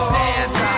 dance